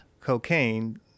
cocaine